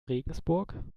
regensburg